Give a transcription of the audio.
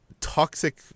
toxic